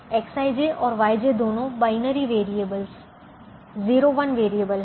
Xij और Yj दोनों binary variable 0 1 variable हैं